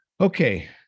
okay